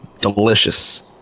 Delicious